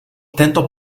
tento